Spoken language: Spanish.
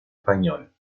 español